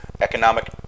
economic